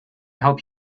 help